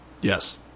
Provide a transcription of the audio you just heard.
Yes